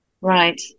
Right